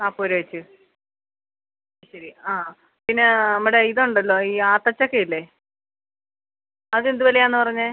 നാൽപ്പത് രൂപ വെച്ച് ശരി ആ പിന്നെ നമ്മുടെ ഇത് ഉണ്ടല്ലോ ഈ ആത്തച്ചക്കയില്ലേ അതെന്ത് വിലയാണെന്നാ പറഞ്ഞത്